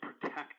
protect